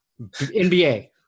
NBA